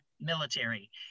military